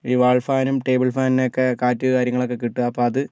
ഈ വാൾ ഫാനും ടേബിൾ ഫാനിനൊക്കെ കാറ്റ് കാര്യങ്ങളൊക്കെ കിട്ടുക അപ്പോൾ അത്